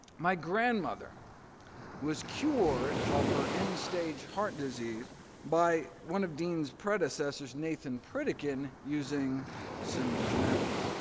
my grandmother was cured of her end-stage heart disease by one of dean's predecessors, nathan pritikin, using similar methods.